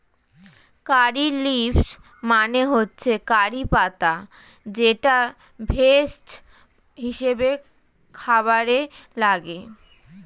কারী leaves মানে হচ্ছে curry পাতা যেটা ভেষজ হিসেবে খাবারে লাগে